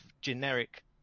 generic